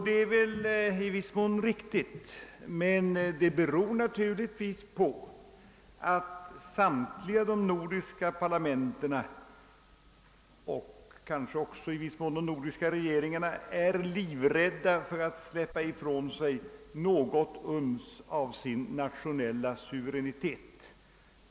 Det är väl i viss mån riktigt, men det beror naturligtvis på att samtliga de nordiska parlamenten och kanske också i viss mån de nordiska regeringarna är livrädda för att släppa ifrån sig något uns av sin nationella suveränitet.